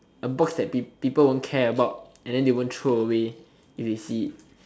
a box that peo~ people won't care about and then they won't throw away if they see it